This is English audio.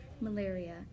malaria